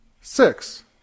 Six